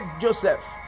Joseph